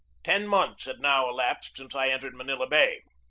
ten months had now elapsed since i entered manila bay.